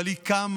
אבל היא קמה,